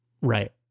right